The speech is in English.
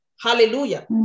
hallelujah